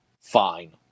Fine